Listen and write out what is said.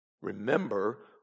remember